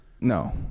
No